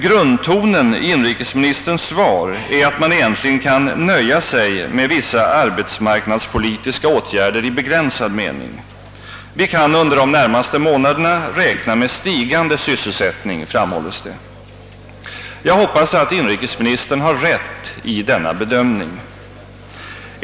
Grundtonen i inrikesministerns svar är att man egentligen kan nöja sig med vissa arbetsmarknadspolitiska åtgärder i begränsad mening. Vi kan under de närmaste månaderna räkna med stigande sysselsättning, framhålles det. Jag hoppas att inrikesministern har rätt i denna bedömning.